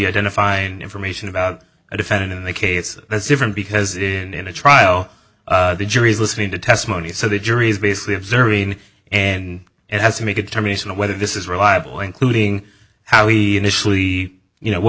identifying information about a defendant in the case that's different because in the trial the jury is listening to testimony so the jury is basically observing and it has to make a determination of whether this is reliable including how he initially you know what